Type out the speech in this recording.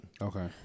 okay